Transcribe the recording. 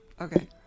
Okay